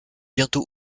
bientôt